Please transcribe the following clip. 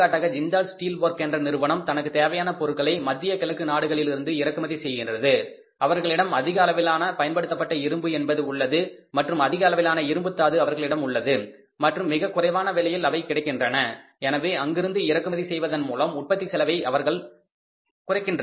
எடுத்துக்காட்டாக Jindal steel work என்ற நிறுவனம் தனக்குத் தேவையான பொருட்களை மத்திய கிழக்கு நாடுகளில் இருந்து இறக்குமதி செய்கின்றது அவர்களிடம் அதிக அளவிலான பயன்படுத்தப்பட்ட இரும்பு என்பது உள்ளது மற்றும் அதிக அளவிலான இரும்புத்தாது அவர்களிடம் உள்ளது மற்றும் மிகக் குறைவான விலையில் அவை கிடைக்கின்றன எனவே அங்கிருந்து இறக்குமதி செய்வதன் மூலம் உற்பத்திச் செலவை அவர்கள் குறைக்கின்றார்கள்